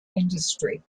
industry